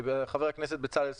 חבר הכנסת בצלאל סמוטריץ',